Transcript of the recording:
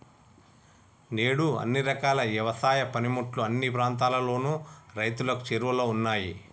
నేడు అన్ని రకాల యవసాయ పనిముట్లు అన్ని ప్రాంతాలలోను రైతులకు చేరువలో ఉన్నాయి